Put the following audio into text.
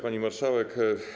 Pani Marszałek!